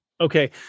okay